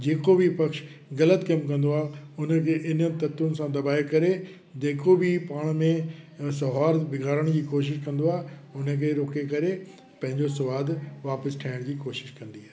जेको बि पक्ष ग़लति कमु कंदो आहे उन जे इन तकतियुनि सां दबाए करे जेको बि पाण में ऐं सोहार बिगाड़नि जी कोशिश कंदो आहे उन खे रोके करे पंहिंजो सवादु वापसि ठाहिण जी कोशिश कंदी आहे